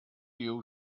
you